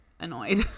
annoyed